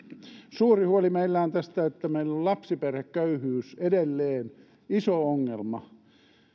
suuri huoli meillä on tästä että meillä lapsiperheköyhyys on edelleen iso ongelma